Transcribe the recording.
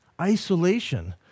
isolation